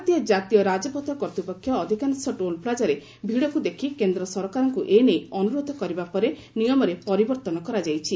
ଭାରତୀୟ ଜାତୀୟ ରାଜପଥ କର୍ତ୍ତୃପକ୍ଷ ଅଧିକାଂଶ ଟୋଲପ୍ଲାକାରେ ଭିଡ଼କୁ ଦେଖି କେନ୍ଦ୍ର ସରକାରଙ୍କୁ ଏ ନେଇ ଅନୁରୋଧ କରିବା ପରେ ନିୟମରେ ପରିବର୍ଭନ କରାଯାଇଛି